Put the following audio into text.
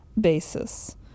basis